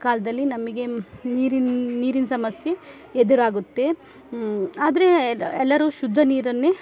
ಕಾಲದಲ್ಲಿ ನಮಗೆ ನೀರು ನೀರಿನ ಸಮಸ್ಯೆ ಎದುರಾಗುತ್ತೆ ಆದರೆ ಎಲ್ಲ ಎಲ್ಲರು ಶುದ್ಧ ನೀರನ್ನೇ